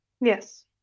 Yes